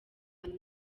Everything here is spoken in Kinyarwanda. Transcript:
and